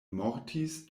mortis